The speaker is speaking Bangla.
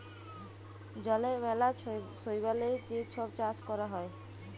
জলে ম্যালা শৈবালের যে ছব চাষ ক্যরা হ্যয়